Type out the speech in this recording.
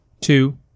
two